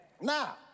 Now